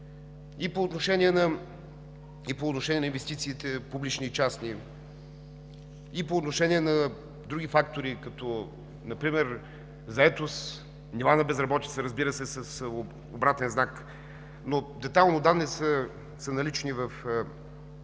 и по отношение на инвестициите – публични и частни, и по отношение на други фактори, като например заетост, нива на безработица, разбира се, с обратен знак. Детайлно данните са налични в приложението.